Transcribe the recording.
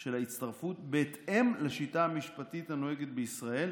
של ההצטרפות בהתאם לשיטה המשפטית הנוהגת בישראל,